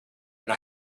and